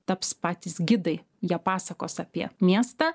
taps patys gidai jie pasakos apie miestą